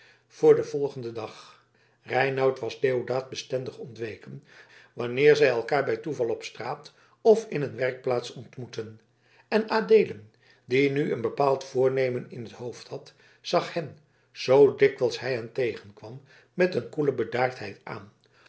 voor den volgenden dag reinout was deodaat bestendig ontweken wanneer zij elkaar bij toeval op straat of in een werkplaats ontmoetten en adeelen die nu een bepaald voornemen in t hoofd had zag hen zoo dikwijls hij hen tegenkwam met een koele bedaardheid aan